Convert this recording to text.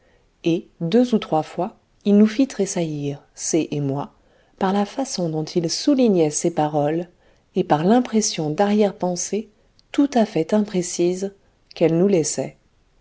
et deux ou trois fois il nous fit tressaillir c et moi par la façon dont il soulignait ses paroles et par l'impression darrière pensées tout à fait imprécises qu'elles nous laissaient